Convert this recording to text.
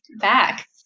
back